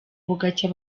bugacya